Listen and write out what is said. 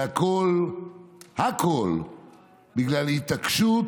והכול הכול בגלל התעקשות